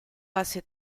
hace